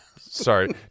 Sorry